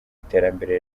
iterambere